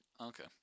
Okay